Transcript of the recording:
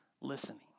listening